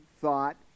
thought